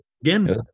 Again